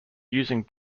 using